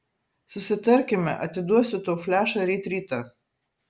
susitarkime atiduosiu tau flešą ryt rytą